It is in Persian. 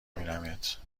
بینمت